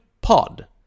pod